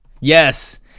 yes